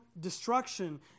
destruction